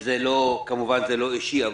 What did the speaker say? שכמובן שזה לא אישי,